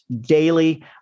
daily